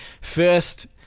first